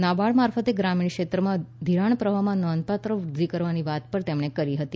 નાબાર્ડ મારફતે ગ્રામીણ ક્ષેત્રમાં ધિરાણ પ્રવાહમાં નોંધપાત્ર વૃદ્ધિ કરવાની વાત પણ તેમણે કરી હતી